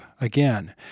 again